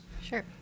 Sure